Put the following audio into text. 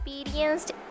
experienced